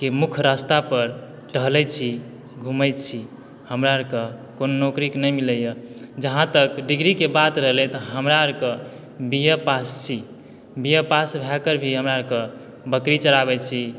के मुख्य रास्ता पर टहलै छी घुमै छी हमरा आरके कोनो नौकरी नहि मिलैया जहाँ तक डिग्री के बात रहलै तऽ हमरा आरके बी ए पास छी बी ए पास भऽ कऽ भी हमरा आर के बकरी चराबै छी